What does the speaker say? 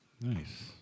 Nice